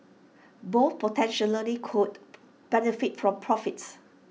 both potential could benefit from profits